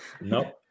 Nope